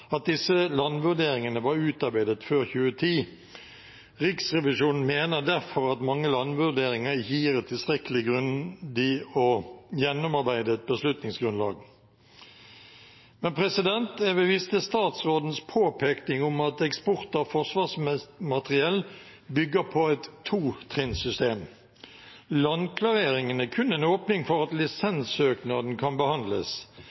var utarbeidet før 2010. Riksrevisjonen mener derfor at mange landvurderinger ikke gir et tilstrekkelig grundig og gjennomarbeidet beslutningsgrunnlag. Jeg vil vise til statsrådens påpekning av at eksport av forsvarsmateriell bygger på et to-trinnsystem. Landklareringen er kun en åpning for at lisenssøknaden kan behandles.